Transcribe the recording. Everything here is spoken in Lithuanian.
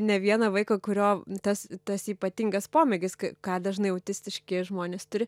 ne vieną vaiką kurio tas tas ypatingas pomėgis kai ką dažnai autistiški žmonės turi